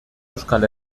euskal